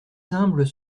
humbles